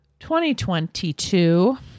2022